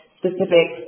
specific